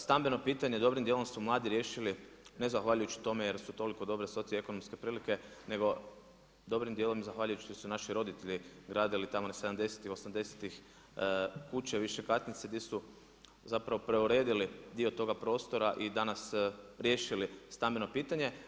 Stambeno pitanje dobrim dijelom su mladi riješili ne zahvaljujući tome jer su toliko dobre socioekonomske prilike nego dobrim dijelom i zahvaljujući što su naši roditelji gradili tamo '70.-tih, '80.-tih kuće više katnice gdje su zapravo preuredili dio toga prostora i danas riješili stambeno pitanje.